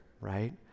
right